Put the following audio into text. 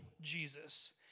Jesus